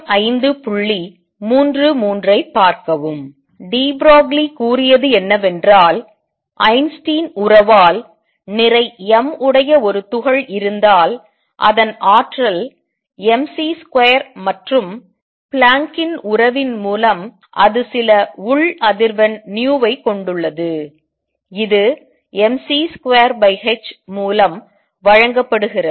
D Broglie கூறியது என்னவென்றால் Einstein உறவால் நிறை m உடைய ஒரு துகள் இருந்தால் அதன் ஆற்றல் mc ஸ்கொயர் மற்றும் பிளாங்கின் உறவின் மூலம் அது சில உள் அதிர்வெண் ஐக் கொண்டுள்ளது இது mc2h மூலம் வழங்கப்படுகிறது